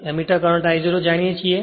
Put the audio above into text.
ammeter current I0 જાણીએ છીએ